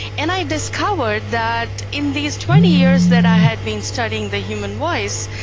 and i discovered that in these twenty years that i had been studying the human voice,